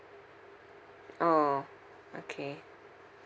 orh okay